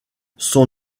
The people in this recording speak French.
son